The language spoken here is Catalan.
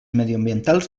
mediambientals